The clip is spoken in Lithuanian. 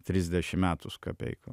trisdešimt metų su kapeikom